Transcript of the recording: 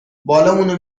بالامونو